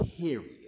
Period